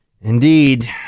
Indeed